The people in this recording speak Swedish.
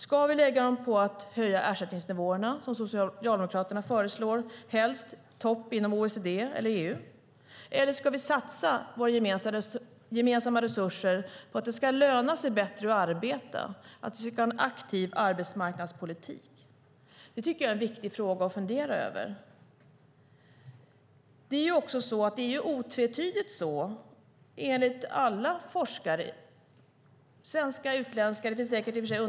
Ska vi lägga dem på att höja ersättningsnivåerna som Socialdemokraterna föreslår så att de ligger i topp inom OECD eller EU, eller ska vi satsa våra gemensamma resurser på att det ska löna sig bättre att arbeta, att vi alltså ska ha en aktiv arbetsmarknadspolitik? Det tycker jag är en viktig fråga att fundera över. Det är otvetydigt så att det finns ett samband mellan höga ersättningsnivåer och arbetslöshet.